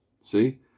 See